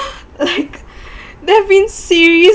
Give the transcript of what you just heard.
like there have been series